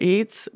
Eats